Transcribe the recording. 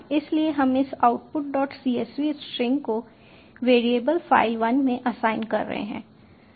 इसलिए हम इस outputcsv स्ट्रिंग को वेरिएबल file1 में असाइन कर रहे हैं